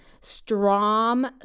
Strom